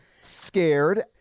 scared